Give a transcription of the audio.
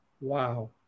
wow